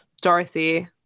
Dorothy